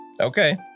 Okay